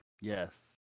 Yes